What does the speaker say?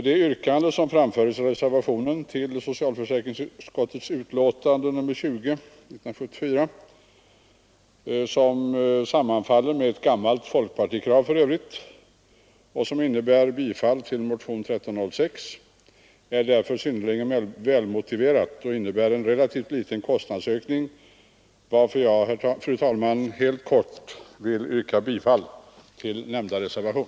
Det yrkande som framförs i reservationen till socialförsäkringsutskottets betänkande nr 20 — yrkandet sammanfaller med ett gammalt folkpartikrav — och som innebär bifall till motionen 1306 är därför synnerligen välmotiverat och medför en relativt liten kostnadsökning. Jag vill därför, fru talman, helt kort yrka bifall till nämnda reservation.